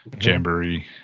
Jamboree